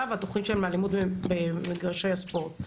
והתוכנית שלהם באלימות במגרשי הספורט.